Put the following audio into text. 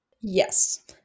Yes